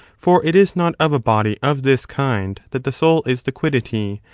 for it is not of a body of this kind that the soul is the quiddity,